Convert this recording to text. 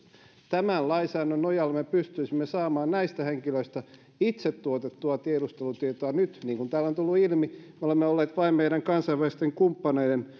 tämän lainsäädännön nojalla me pystyisimme saamaan näistä henkilöistä itse tuotettua tiedustelutietoa niin kuin täällä on tullut ilmi nyt me olemme olleet vain meidän kansainvälisten kumppaneiden